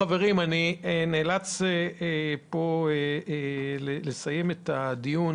חברים, אני נאלץ לסיים את הדיון.